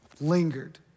lingered